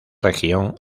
región